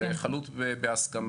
זה חלוט בהסכמה.